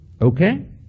Okay